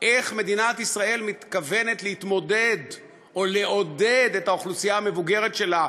איך מדינת ישראל מתכוונת להתמודד או לעודד את האוכלוסייה המבוגרת שלה,